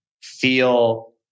feel